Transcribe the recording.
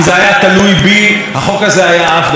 אבל את מירי רגב הדבר היחיד שעניין,